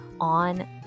on